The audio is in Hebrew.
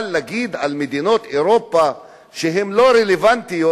אבל להגיד על מדינות אירופה שהן לא רלוונטיות?